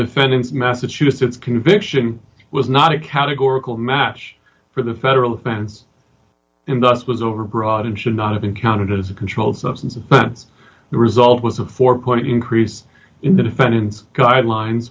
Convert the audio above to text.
defendant massachusetts conviction was not a categorical match for the federal offense in the us was overbroad and should not have been counted as a controlled substance the result was a four point increase in the defendant guidelines